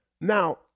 Now